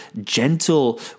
gentle